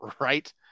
right